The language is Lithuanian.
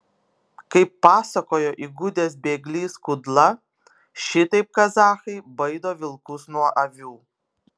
kaip pasakojo įgudęs bėglys kudla šitaip kazachai baido vilkus nuo avių